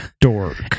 dork